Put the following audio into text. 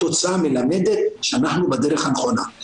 התוצאה מלמדת שאנחנו בדרך הנכונה.